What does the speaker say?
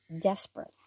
desperate